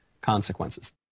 consequences